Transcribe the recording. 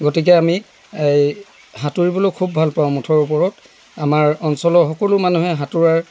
গতিকে আমি এই সাঁতোৰিবলৈ খুব ভালপাওঁ মুঠৰ ওপৰত আমাৰ অঞ্চলৰ সকলো মানুহে সাঁতোৰাৰ